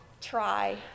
try